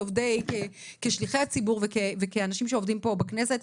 כשליחי הציבור וכאנשים שעובדים פה בכנסת.